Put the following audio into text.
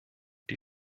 die